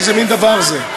איזה מין דבר זה?